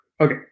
okay